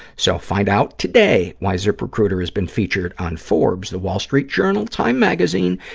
so, find out today why ziprecruiter has been featured on forbes, the wall street journal, time magazine,